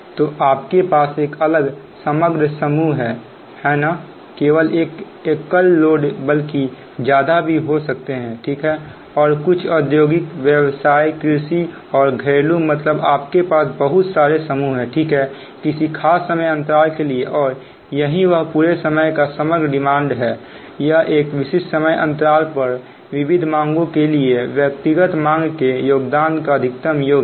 तो आपके पास एक अलग समग्र समूह है ना केवल एकल लोड बल्कि ज्यादा भी हो सकते हैं ठीक है और कुछ औद्योगिक व्यवसाय कृषि और घरेलू मतलब आप के पास बहुत सारे समूह है ठीक है किसी खास समय अंतराल के लिए और यही वह पूरे समूह का समग्र डिमांड हैयह एक विशिष्ट समय अंतराल पर विविध मांगों के लिए व्यक्तिगत मांगों के योगदान का अधिकतम योग है